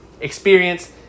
experience